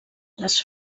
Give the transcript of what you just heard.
les